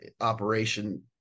operation